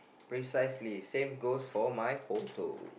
precisely same goes for my photo